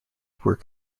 were